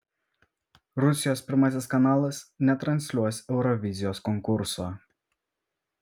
rusijos pirmasis kanalas netransliuos eurovizijos konkurso